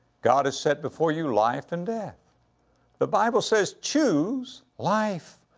god has set before you life and death the bible says, choose life.